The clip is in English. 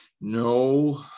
no